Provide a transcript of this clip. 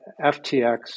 FTX